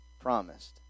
promised